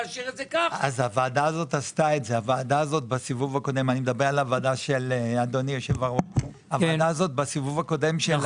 הוועדה של אדוני היושב-ראש עשתה את זה בסיבוב הקודם שלך.